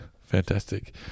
Fantastic